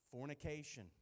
fornication